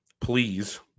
please